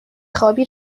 خوابی